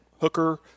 Hooker